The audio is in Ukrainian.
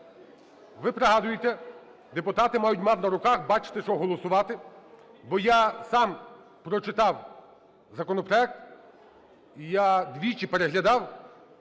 Ви пригадуєте, депутати мають мати на руках, бачити, що голосувати, бо я сам прочитав законопроект, і я двічі переглядав,